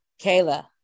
Kayla